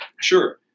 Sure